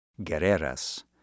Guerreras